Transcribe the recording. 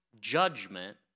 judgment